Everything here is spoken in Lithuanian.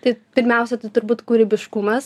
tai pirmiausia tai turbūt kūrybiškumas